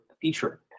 feature